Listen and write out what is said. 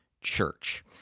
church